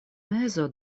mezo